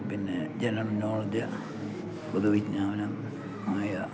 പിന്നെ general knowledge പൊതുവിജ്ഞാനം ആയ